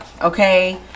okay